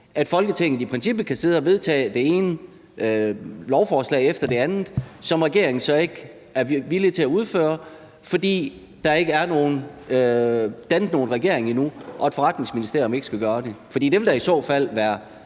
at Folketinget i princippet kan sidde og vedtage det ene lovforslag efter det andet, som regeringen så ikke er villig til at udføre, fordi der ikke er dannet nogen regering endnu og et forretningsministerium ikke skal gøre det? For det vil i så fald være